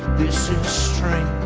this is strange